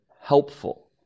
helpful